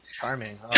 Charming